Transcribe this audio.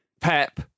pep